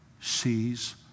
sees